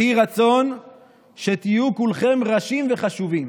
יהי רצון שתהיו כולכם ראשים וחשובים.